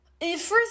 first